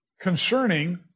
Concerning